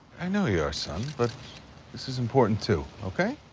i know you are son, but this is important too. okay?